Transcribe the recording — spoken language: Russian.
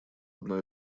одно